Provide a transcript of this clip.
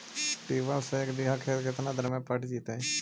Tubewell से एक बिघा खेत केतना देर में पटैबए जितै?